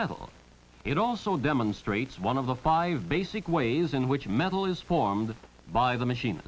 metal it also demonstrates one of the five basic ways in which metal is formed by the machine